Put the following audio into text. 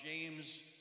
James